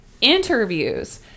interviews